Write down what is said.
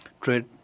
Trade